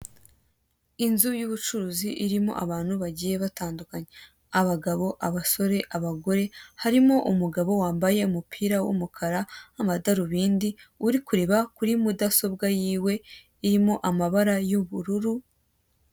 Inzu yubucuruzi irimo abantu bagiye batandukanya: abagabo, abasore nabagore barimo umugabo wambaye umupira wumukara amadarubindi, ari kureba kuri mudasobwa yiwe irimo amabara yuubururu.